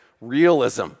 realism